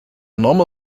normal